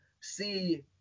see